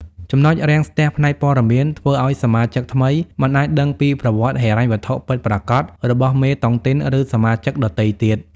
ចំណុចរាំងស្ទះផ្នែកព័ត៌មាន ធ្វើឱ្យសមាជិកថ្មីមិនអាចដឹងពីប្រវត្តិហិរញ្ញវត្ថុពិតប្រាកដរបស់មេតុងទីន ឬសមាជិកដទៃទៀត។